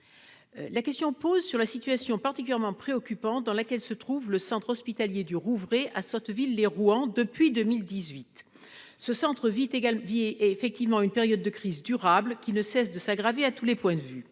Elle porte sur la situation particulièrement préoccupante dans laquelle se trouve le centre hospitalier du Rouvray à Sotteville-lès-Rouen depuis 2018. Ce centre hospitalier vit effectivement une période de crise durable qui ne cesse de s'aggraver à tous les points de vue.